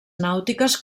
nàutiques